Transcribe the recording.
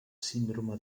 síndrome